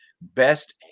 best